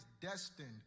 destined